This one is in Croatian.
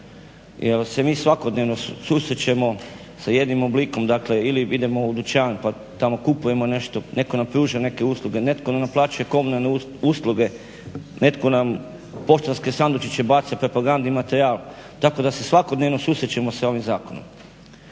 jer se mi svakodnevno susrećemo s jednim oblikom dakle ili idemo u dućan pa tamo kupujemo nešto, netko na pruža neke usluge, netko nam naplaćuje komunalne usluge, netko nam u poštanske sandučiće baci propagandni materijal tako da se svakodnevno susrećemo s ovim zakonom.